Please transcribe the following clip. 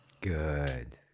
Good